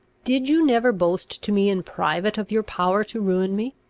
did you never boast to me in private of your power to ruin me?